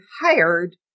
hired